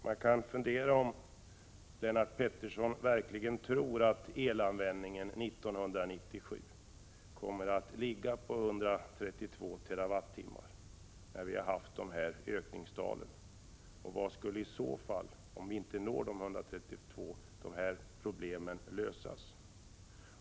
Man kan fundera över om Lennart Pettersson verkligen tror att elanvändningen år 1997 kommer att ligga på 132 TWh, när vi har haft dessa ökningstal. Om vi inte kan klara dessa 132 TWh, hur skall dessa problem i så fall lösas?